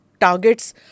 targets